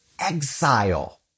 exile